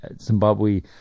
Zimbabwe